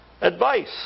advice